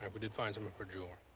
we did find some of her jewelry.